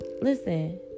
listen